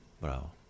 Bravo